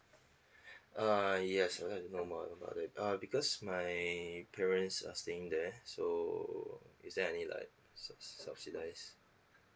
err yes I want to know more about it uh because my parents are staying there so is there any like sub~ subsidise